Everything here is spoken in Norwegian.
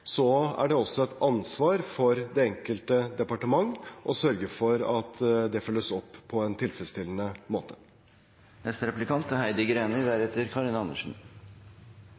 Så er det helt åpenbart at når den type mangler påpekes, er det også et ansvar for det enkelte departement å sørge for at det følges opp på en tilfredsstillende